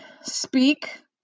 speak